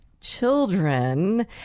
children